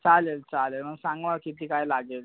चालेल चालेल मग सांगवा किती काय लागेल